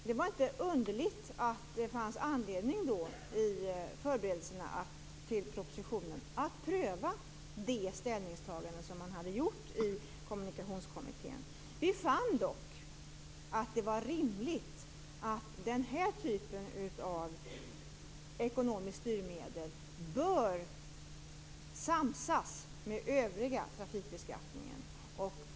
Det var då inte underligt att det i förberedelserna till propositionen fanns anledning att pröva det ställningstagande som man hade gjort i Kommunikationskommittén. Vi fann dock att det var rimligt att den här typen av ekonomiskt styrmedel får samsas med den övriga trafikbeskattningen.